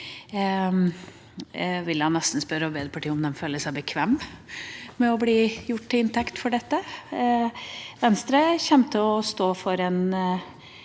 jeg nesten spørre Arbeiderpartiet om de føler seg bekvemme med å bli tatt til inntekt for dette. Venstre kommer til å stå for en